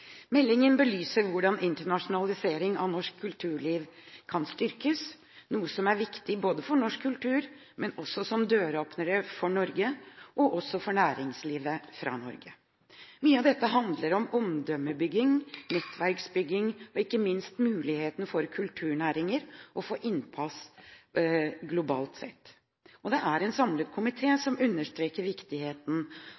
Meldingen belyser hvordan internasjonalisering av norsk kulturliv kan styrkes, noe som er viktig for norsk kultur, men også som en døråpner til Norge og som en døråpner for næringslivet fra Norge. Mye av dette handler om omdømmebygging, om nettverksbygging og ikke minst om muligheten for kulturnæringer til å få innpass globalt sett. Det er en samlet